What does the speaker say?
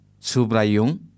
Subrayung